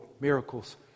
miracles